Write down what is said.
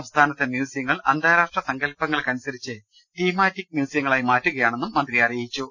സംസ്ഥാനത്തെ മ്യൂസിയങ്ങൾ അന്താരാഷ്ട്ര സങ്കൽപ്പങ്ങൾക്ക നുസരിച്ച് തീമാറ്റിക്ക് മ്യൂസിയങ്ങളായി മാറ്റുകയാ ണെന്നും മന്ത്രിപറഞ്ഞു